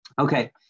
Okay